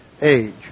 age